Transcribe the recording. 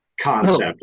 concept